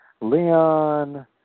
Leon